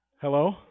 Hello